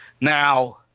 Now